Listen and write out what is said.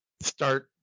Start